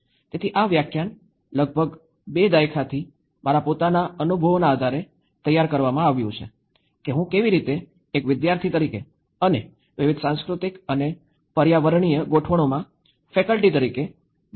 તેથી આ વ્યાખ્યાન લગભગ ૨ દાયકાથી મારા પોતાના અનુભવોના આધારે તૈયાર કરવામાં આવ્યો છે કે હું કેવી રીતે એક વિદ્યાર્થી તરીકે અને વિવિધ સાંસ્કૃતિક અને પર્યાવરણીય ગોઠવણોમાં ફેકલ્ટી તરીકે બંનેનો સમાવેશ કરું છું